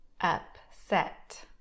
upset